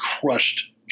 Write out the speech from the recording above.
crushed